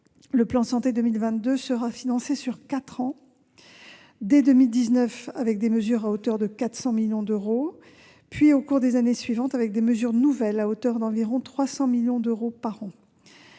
« Ma santé 2022 » sera financé sur quatre ans : dès 2019, avec des mesures à hauteur de 400 millions d'euros, puis au cours des années suivantes, avec des mesures nouvelles à hauteur d'environ 300 millions d'euros par an.